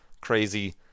crazy